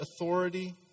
authority